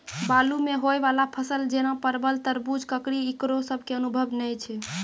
बालू मे होय वाला फसल जैना परबल, तरबूज, ककड़ी ईकरो सब के अनुभव नेय छै?